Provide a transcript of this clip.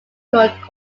called